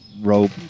rope